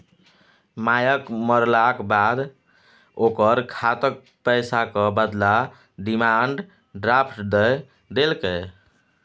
मायक मरलाक बाद ओकर खातक पैसाक बदला डिमांड ड्राफट दए देलकै